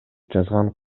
жазган